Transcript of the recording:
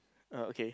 uh ok